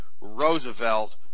Roosevelt